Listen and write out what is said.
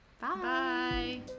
Bye